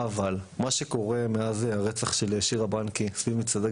אבל כל מה שקורה מאז הרצח של שירה בנקי סביב מצעדי